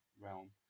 realm